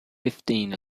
fifteen